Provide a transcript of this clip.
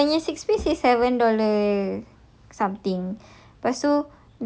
oh dia orang punya six piece is seven dollar something